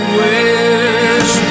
wish